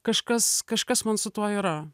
kažkas kažkas man su tuo yra